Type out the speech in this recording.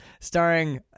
Starring